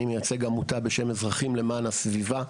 אני מייצג עמותה בשם אזרחים למען הסביבה,